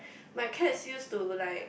my cats used to like